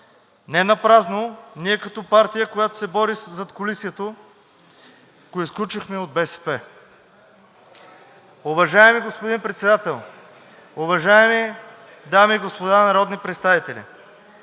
Ненапразно ние като партия, която се бори със задкулисието, го изключихме от БСП. Уважаеми господин Председател, уважаеми дами и господа народни представители,